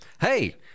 hey